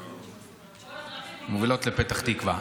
כל הדרכים מובילות לפתח תקווה.